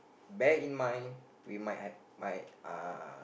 bear in mind we might have might uh